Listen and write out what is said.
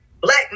black